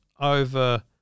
over